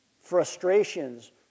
frustrations